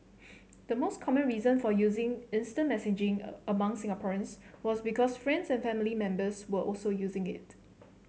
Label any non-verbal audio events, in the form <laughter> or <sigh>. <noise> the most common reason for using instant messaging a among Singaporeans was because friends and family members were also using it